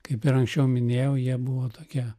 kaip ir anksčiau minėjau jie buvo tokie